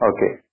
Okay